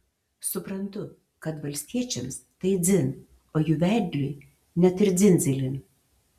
suprantu kad valstiečiams tai dzin o jų vedliui net ir dzin dzilin